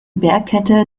bergkette